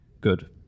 good